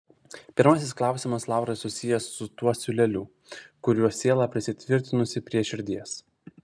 pirmasis klausimas laurai susijęs su tuo siūleliu kuriuo siela prisitvirtinusi prie širdies